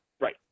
Right